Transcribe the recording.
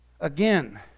Again